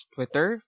Twitter